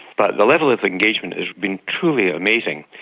but the level of engagement has been truly amazing.